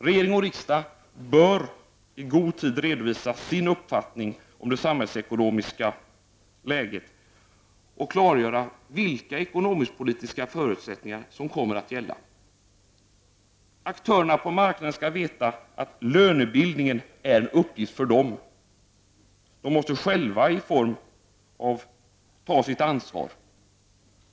Regering och riksdag bör i god tid redovisa sin uppfattning om det samhällsekonomiska läget och klargöra vilka ekonomisk-politiska förutsättningar som kommer att gälla. Aktörerna på marknaden skall veta att lönebildningen är en uppgift för dem, och de måste själva ta sitt ansvar.